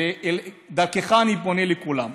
דרכך אני פונה לכולם: